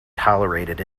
tolerated